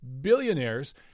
billionaires